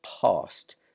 past